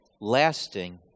lasting